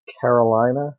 Carolina